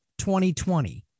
2020